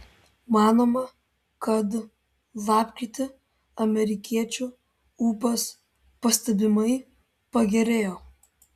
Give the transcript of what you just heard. manoma kad lapkritį amerikiečių ūpas pastebimai pagerėjo